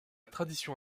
tradition